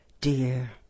dear